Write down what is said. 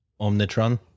Omnitron